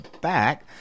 back